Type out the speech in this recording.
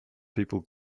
people